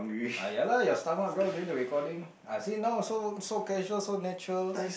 ah ya lah your stomach growl during the recording ah see now so so casual so natural